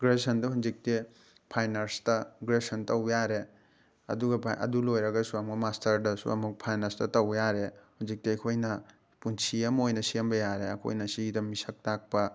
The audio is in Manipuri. ꯒ꯭ꯔꯦꯖꯨꯌꯦꯁꯟꯗ ꯍꯧꯖꯤꯛꯇꯤ ꯐꯥꯏꯟ ꯑꯥꯔꯠꯁꯇ ꯒ꯭ꯔꯦꯖꯨꯌꯦꯁꯟ ꯇꯧꯕ ꯌꯥꯔꯦ ꯑꯗꯨꯒ ꯑꯗꯨ ꯂꯣꯏꯔꯒꯁꯨ ꯑꯃꯨꯛ ꯃꯥꯁꯇꯔꯗꯁꯨ ꯑꯃꯨꯛ ꯐꯥꯏꯟ ꯑꯥꯔꯠꯁꯇ ꯇꯧꯕ ꯌꯥꯔꯦ ꯍꯧꯖꯤꯛꯇꯤ ꯑꯩꯈꯣꯏꯅ ꯄꯨꯟꯁꯤ ꯑꯃ ꯑꯣꯏꯅ ꯁꯦꯝꯕ ꯌꯥꯔꯦ ꯑꯩꯈꯣꯏꯅ ꯁꯤꯗ ꯃꯤꯁꯛ ꯇꯥꯛꯄ